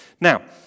Now